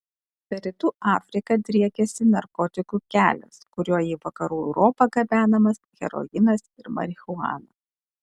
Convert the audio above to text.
per rytų afriką driekiasi narkotikų kelias kuriuo į vakarų europą gabenamas heroinas ir marihuana